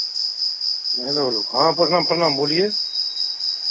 हाँ hello hello हाँ प्रणाम प्रणाम बोलिए